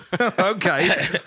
okay